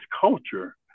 culture